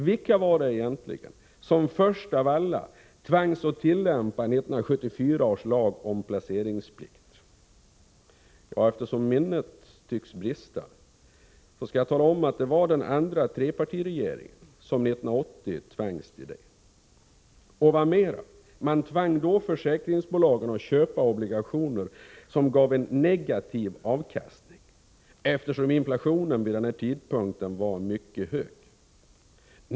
Vilka var det egentligen som först av alla tvangs tillämpa 1974 års lag om placeringsplikt? Jo, eftersom minnet tycks svika er skall jag tala om att det var den andra borgerliga trepartiregeringen som 1980 tvangs till det. Den regeringen tvingade dessutom försäkringsbolagen att köpa obligationer som gav en negativ avkastning, eftersom inflationen vid denna tidpunkt var mycket hög.